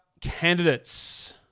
candidates